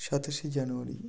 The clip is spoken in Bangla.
সাতাশে জানুয়ারি